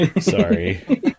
Sorry